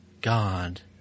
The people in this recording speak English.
God